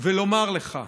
ולומר לך,